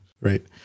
right